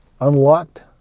unlocked